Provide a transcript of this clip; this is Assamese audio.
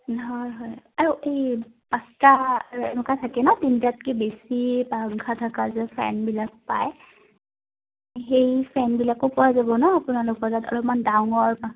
হয় হয় আৰু এই পাঁচটা এনেকুৱা থাকে ন তিনটাতকে বেছি পাংখা থকা যে ফেনবিলাক পায় সেই ফেনবিলাকো পোৱা যাব ন আপোনালোকৰ তাত অলপমান ডাঙৰ